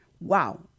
wow